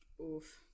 Oof